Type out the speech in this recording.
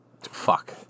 fuck